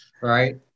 Right